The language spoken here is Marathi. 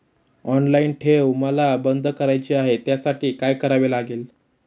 ऑनलाईन ठेव मला बंद करायची आहे, त्यासाठी काय करावे लागेल?